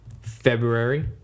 February